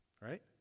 right